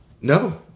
no